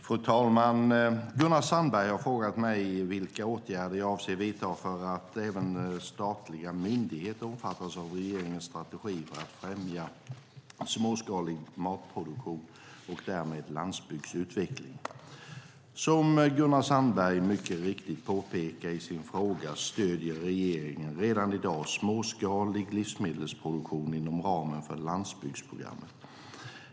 Fru talman! Gunnar Sandberg har frågat mig vilka åtgärder jag avser att vidta för att även statliga myndigheter omfattas av regeringens strategi för att främja småskalig matproduktion och därmed landsbygdsutveckling. Som Gunnar Sandberg mycket riktigt påpekar i sin fråga stöder regeringen redan i dag småskalig livsmedelsproduktion inom ramen för landsbygdsprogrammet.